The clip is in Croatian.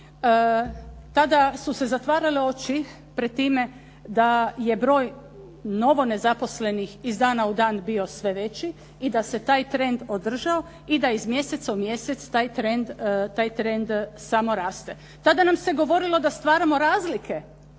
Tada su se zatvarale oči pred time da je broj novo nezaposlenih iz dana u dan bio sve veći i da se taj trend održao i da iz mjeseca u mjesec taj trend samo raste. Tada nam se govorilo da stvaramo razlike